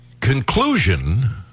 Conclusion